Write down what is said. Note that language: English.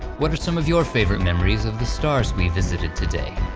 what are some of your favorite memories of the stars we visited today?